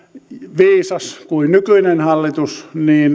viisas kuin nykyinen hallitus